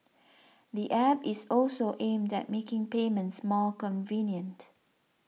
the App is also aimed at making payments more convenient